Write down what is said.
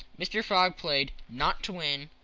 mr. fogg played, not to win,